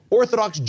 orthodox